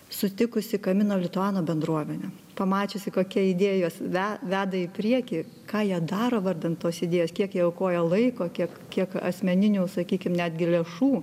sutikusi kamino lituano bendruomenę pamačiusi kokia idėjos ve veda į priekį ką jie daro vardan tos idėjos kiek jie aukoja laiko kiek kiek asmeninių sakykim netgi lėšų